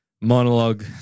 monologue